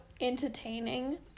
entertaining